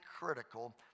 critical